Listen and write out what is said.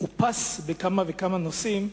אופס בכמה וכמה נושאים.